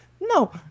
No